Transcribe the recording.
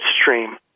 stream